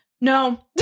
No